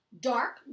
dark